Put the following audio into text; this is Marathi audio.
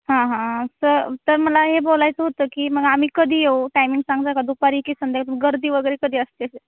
हां हां तं तर मला हे बोलायचं होतं की मग आम्ही कधी येऊ टायमिंग सांगता का दुपारी की संध्याकाळी गर्दी वगैरे कधी असते